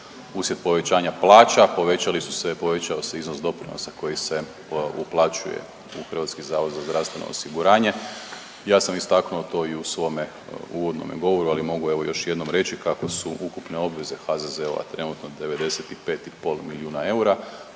Uslijed povećanja plaća povećali su se, povećao se iznos doprinosa koji se uplaćuje u Hrvatski zavod za zdravstveno osiguranje. Ja sam istaknuo to i u svome uvodnome govoru, ali mogu evo još jednom reći kako su ukupne obveze HZZO-a trenutno 95,5 milijuna eura,